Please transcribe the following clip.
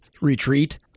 retreat